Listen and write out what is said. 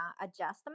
adjustment